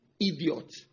idiot